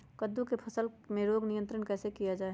कददु की फसल में रोग नियंत्रण कैसे किया जाए?